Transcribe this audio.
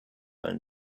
and